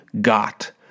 got